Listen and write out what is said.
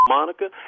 Monica